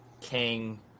King